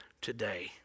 today